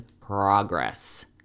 progress